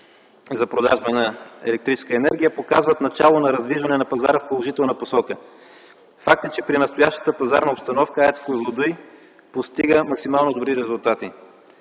за продажба на електрическа енергия показват начало на раздвижване на пазара в положителна посока. Факт е, че при настоящата пазарна обстановка АЕЦ „Козлодуй” постига максимално добри резултати.